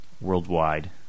Worldwide